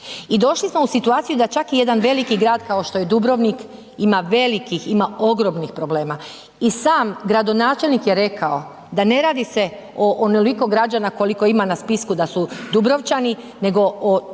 i došli smo u situaciju da čak i jedan veliki grad kao što je Dubrovnik ima velikih, ima ogromnih problema i sam gradonačelnik je rekao da ne radi se o onoliko građana koliko ima na spisku da su Dubrovčani, nego od